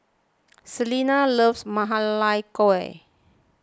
Selena loves Ma Lai Gao